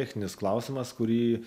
techninis klausimas kurį